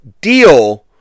deal